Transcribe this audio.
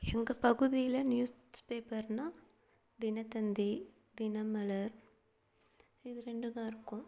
எங்கள் பகுதியில் நியூஸ் பேப்பர்னால் தினத்தந்தி தினமலர் இது ரெண்டும் தான் இருக்கும்